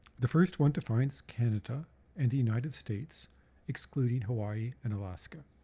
the first one defines canada and the united states excluding hawaii and alaska.